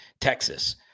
Texas